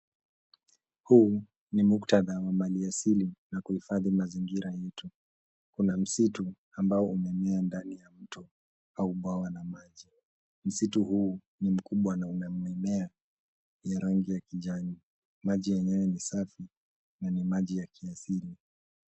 Huu ni muktadha wa mali asili na kuhifadhi mazingira yetu. Kuna msitu ambao umemea ndani ya mto au bwawa la maji. Msitu huu ni mkubwa na una mimea yenye rangi ya kijani. Maji yenyewe ni safi na ni maji ya kiasili.